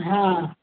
हा